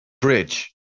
bridge